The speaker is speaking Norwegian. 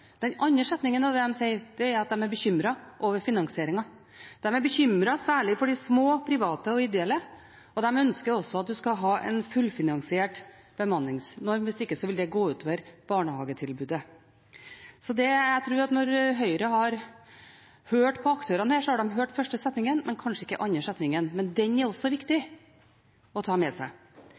Den andre setningen av det de sier, er at de er bekymret for finansieringen. De er bekymret, særlig for de små, private og ideelle, og de ønsker også en fullfinansiert bemanningsnorm – hvis ikke, vil det går ut over barnehagetilbudet. Jeg tror at når Høyre har hørt på aktørene, har de hørt den første setningen, men kanskje ikke den andre setningen, men den er også viktig å ta med seg.